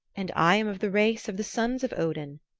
and i am of the race of the sons of odin,